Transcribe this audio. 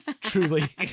Truly